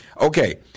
okay